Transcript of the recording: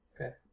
Okay